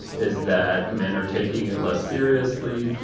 is that men are taking it less seriously.